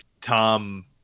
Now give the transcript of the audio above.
Tom